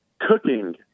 cooking